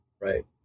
right